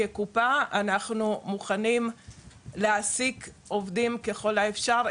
כקופה אנחנו מוכנים להעסיק עובדים ככל האפשר.